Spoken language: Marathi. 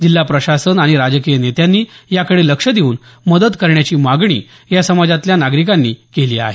जिल्हा प्रशासन आणि राजकीय नेत्यांनी याकडे लक्ष देऊन मदत करण्याची मागणी या समाजातल्या नागरिकांनी केली आहे